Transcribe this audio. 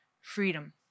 freedom